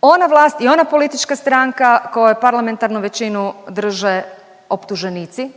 ona vlast i ona politička stranka kojoj parlamentarnu većinu drže optuženici